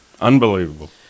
unbelievable